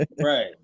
Right